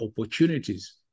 opportunities